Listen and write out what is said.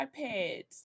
iPads